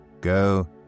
Go